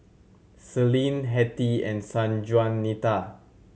Celine Hettie and Sanjuanita